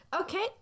Okay